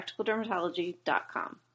PracticalDermatology.com